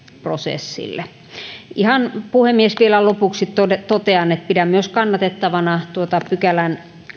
prosessille puhemies vielä ihan lopuksi totean että pidän myös kannatettavana kolmanteenkymmenenteenviidenteen pykälään